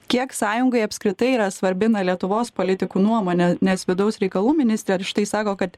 kiek sąjungai apskritai yra svarbi na lietuvos politikų nuomonė nes vidaus reikalų ministerija štai sako kad